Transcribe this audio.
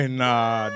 nah